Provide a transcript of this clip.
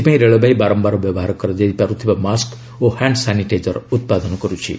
ଏଥିପାଇଁ ରେଳବାଇ ବାରମ୍ଭାର ବ୍ୟବହାର କରାଯାଇ ପାରୁଥିବା ମାସ୍କ୍ ଓ ହ୍ୟାଣ୍ଡ ସାନିଟାଇଜର ଉତ୍ପାଦନ କର୍ତ୍ଥି